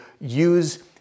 use